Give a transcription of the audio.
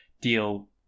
deal